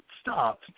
stop